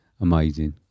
amazing